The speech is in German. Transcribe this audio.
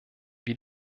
wie